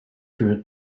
through